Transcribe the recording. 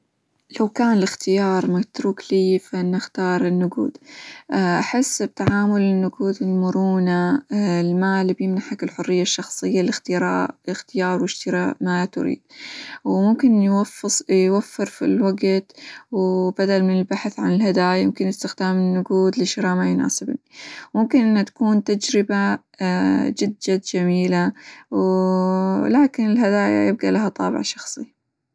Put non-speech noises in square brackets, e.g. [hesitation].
لو كان الإختيار متروك لي فأنا أختار النقود [hesitation] أحس بتعامل النقود المرونة، [hesitation] المال بيمنحك الحرية الشخصية -لإخترا- لإختيار، وإشتراء ما تريد، وممكن [hesitation] -يوفص- يوفر في الوقت، وبدل من البحث عن الهدايا، يمكن استخدام النقود لشراء ما يناسبني، ممكن إنها تكون تجربة [hesitation] جد جد جميلة، [hesitation] ولكن الهدايا يبقى لها طابع شخصي.